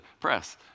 Press